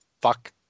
fuck